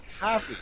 happy